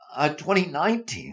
2019